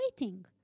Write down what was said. waiting